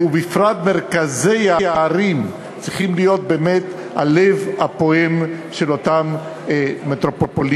ובפרט מרכזי הערים צריכים להיות באמת הלב הפועם של אותן מטרופולינים.